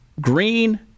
Green